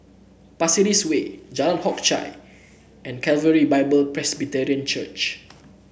Pasir Ris Way Jalan Hock Chye and Calvary Bible Presbyterian Church